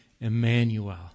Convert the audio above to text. Emmanuel